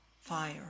fire